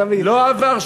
לא עבר שום דבר.